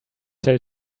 sell